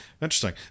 Interesting